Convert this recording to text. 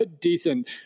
decent